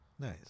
nice